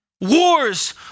Wars